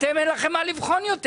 אתם, אין לכם מה לבחון יותר.